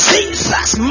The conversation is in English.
Jesus